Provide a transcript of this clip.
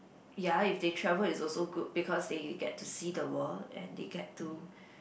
ya if they travel is also good because they you get use to see the world and they get to